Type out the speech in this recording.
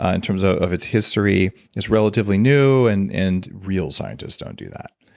in terms ah of its history. it's relatively new, and and real scientists don't do that.